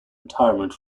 retirement